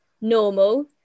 normal